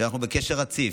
שאנחנו בקשר רציף,